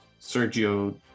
Sergio